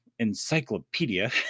encyclopedia